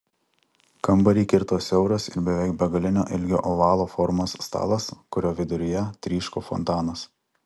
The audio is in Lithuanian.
kambarį kirto siauras ir beveik begalinio ilgio ovalo formos stalas kurio viduryje tryško fontanas